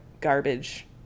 garbage